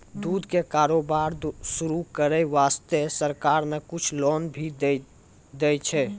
दूध के कारोबार शुरू करै वास्तॅ सरकार न कुछ लोन भी दै छै